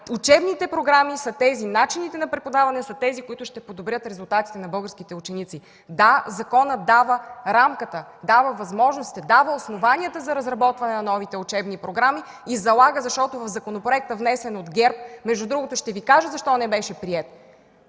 учебните програми и начините на преподаване са тези, които ще подобрят резултатите на българските ученици. Да, законът дава рамката, дава възможностите, дава основанията за разработване на новите учебни програми. Законопроектът, внесен от ГЕРБ – между другото ще Ви кажа защо не беше приет